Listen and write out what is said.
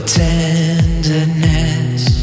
tenderness